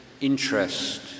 interest